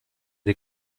dei